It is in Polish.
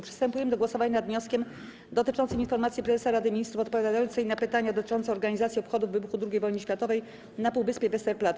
Przystępujemy do głosowania nad wnioskiem dotyczącym informacji prezesa Rady Ministrów odpowiadającej na pytania dotyczące organizacji obchodów wybuchu II wojny światowej na półwyspie Westerplatte.